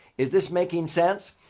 is this making sense?